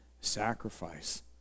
sacrifice